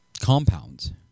compounds